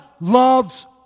loves